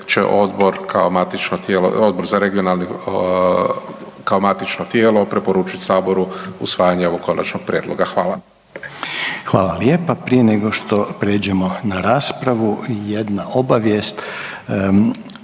Odbor za regionalni, kao matično tijelo preporučiti saboru usvajanje ovog konačnog prijedloga. Hvala. **Reiner, Željko (HDZ)** Hvala lijepa. Prije nego što pređemo na raspravu jedna obavijest,